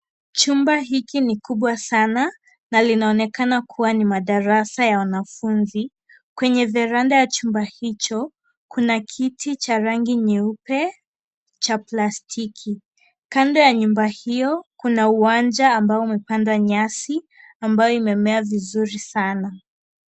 Chumba hiki ni kubwa sana na linaonekana kuwa ni madarasa ya wanafunzi. Kwenye Veranda ya chumba hicho, kuna kiti cha rangi nyeupe cha plastiki. Kando ya nyumba hio kuna uwanja ambao umepandwa nyasi ambayo imemea vizuri sana.